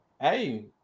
hey